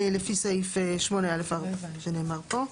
לפי סעיף 8(א4) כמו שנאמר פה.